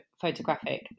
photographic